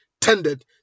tended